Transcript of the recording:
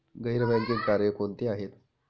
गैर बँकिंग कार्य कोणती आहेत?